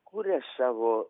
kuria savo